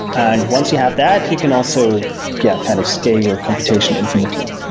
and once you have that, you can also yeah kind of scale computation infinitely.